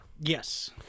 Yes